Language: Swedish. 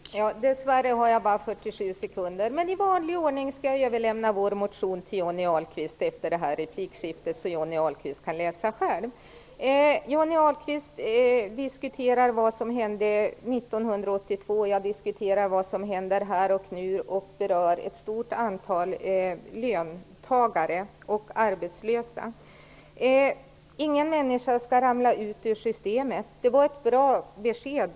Herr talman! Dessvärre har jag bara 47 sekunder på mig. Men i vanlig ordning lämnar jag över vår motion till Johnny Ahlqvist efter detta replikskifte så att Johnny Ahlqvist själv kan läsa. Johnny Ahlqvist talade om det som hände 1982. Jag talar om vad som händer här och nu och som berör ett stort antal löntagare och arbetslösa. Ingen människa skall ramla ut ur systemet, sade Johnny Ahlqvist. Det var ett bra besked.